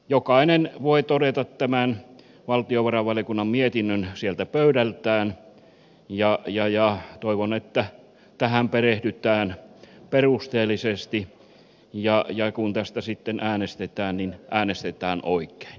jokainen voi todeta tämän valtiovarainvaliokunnan mietinnön sieltä pöydältään ja toivon että tähän perehdytään perusteellisesti ja kun tästä sitten äänestetään niin äänestetään oikein